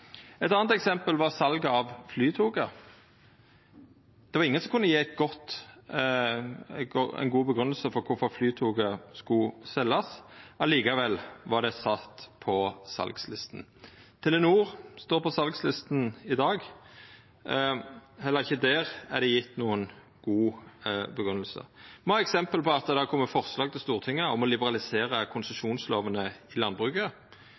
Eit anna eksempel var salet av Flytoget. Det var ingen som kunne koma med ei god grunngjeving for kvifor Flytoget skulle seljast. Likevel vart det sett på salslista. Telenor står på salslista i dag. Heller ikkje der er det gjeve noka god grunngjeving. Me har eksempel på at det har kome forslag til Stortinget om å liberalisera konsesjonslovene i landbruket,